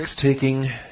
taking